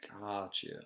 Gotcha